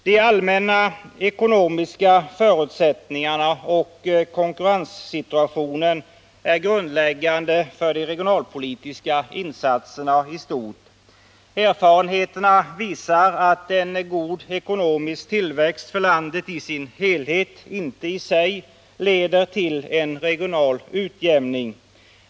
De allmänna ekonomiska förutsättningarna och konkurrenssituationen är grundläggande för de regionalpolitiska insatserna i stort. Erfarenheterna visar att en god ekonomisk tillväxt för landet i dess helhet inte i sig leder till en regional utjämning.